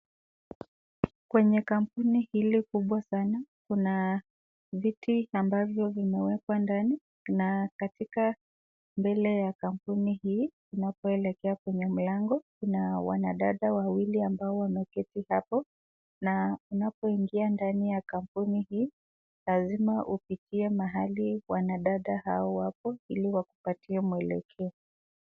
Kwenye kampuni hili kubwa sana kuna viti ambavyo vimewekwa ndani na katika mbele ya kampuni hii unapoelekea kwenye mlango kuna wanadada wawili ambao wameketi hapo na unapoingia ndani ya kampuni hii lazima upitie mahali wanadada hao wapo ili wakupatie mwelekeo.